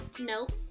Nope